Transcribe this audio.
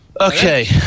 Okay